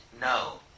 No